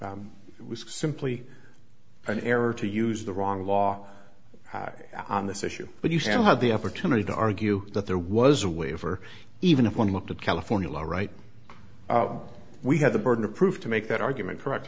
waiver it was simply an error to use the wrong law on this issue but you still had the opportunity to argue that there was a waiver even if one looked at california law right we have the burden of proof to make that argument correct